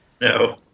No